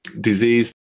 disease